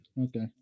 Okay